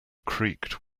creaked